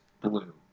blue